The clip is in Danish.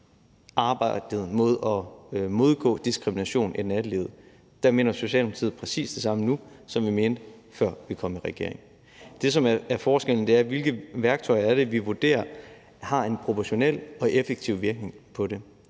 arbejdet med at modgå diskrimination i nattelivet. Der mener Socialdemokratiet præcis det samme nu, som vi mente, før vi kom i regering. Det, som er forskellen, er, hvilke værktøjer det er, vi vurderer har en proportionel og effektiv virkning på det.